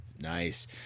nice